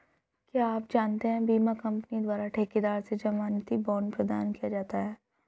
क्या आप जानते है बीमा कंपनी द्वारा ठेकेदार से ज़मानती बॉण्ड प्रदान किया जाता है?